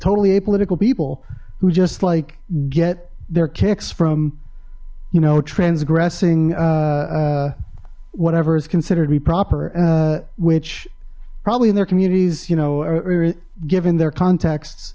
totally apolitical people who just like get their kicks from you know transgressing whatever is considered to be proper which probably in their communities you know or given their context